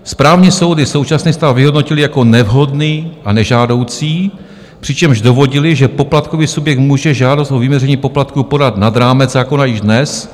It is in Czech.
Správní soud již současný stav vyhodnotil jako nevhodný a nežádoucí, přičemž dovodil, že poplatkový subjekt může žádost o vyměření poplatků podat nad rámec zákona již dnes.